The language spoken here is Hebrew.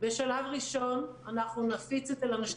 בשלב ראשון אנחנו נפיץ את זה לנשים